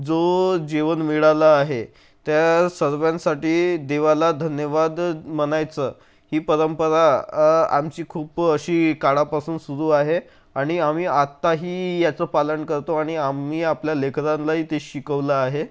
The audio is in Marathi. जे जेवण मिळालं आहे त्या सर्वांसाठी देवाला धन्यवाद म्हणायचं ही परंपरा आमची खूप अशी काळापासून सुरू आहे आणि आम्ही आत्ताही याचं पालन करतो आणि आम्ही आपल्या लेकरांनाही ते शिकवलं आहे